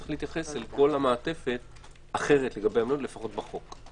צריך להתייחס לכל המעטפת אחרת, לפחות בחוק.